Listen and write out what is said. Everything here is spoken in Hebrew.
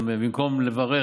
במקום לברך,